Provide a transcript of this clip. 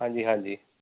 ਹਾਂਜੀ ਹਾਂਜੀ